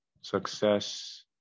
Success